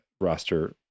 roster